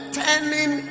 turning